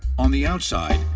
on the outside,